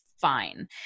fine